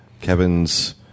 Kevin's